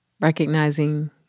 recognizing